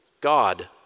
God